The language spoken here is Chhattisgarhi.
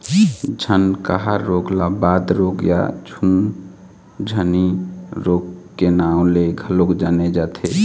झनकहा रोग ल बात रोग या झुनझनी रोग के नांव ले घलोक जाने जाथे